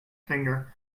finger